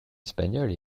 espagnole